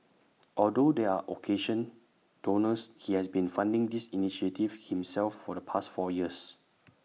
although there are occasional donors he has been funding these initiatives himself for the past four years